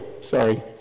sorry